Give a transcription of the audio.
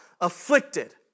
afflicted